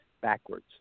backwards